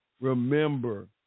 Remember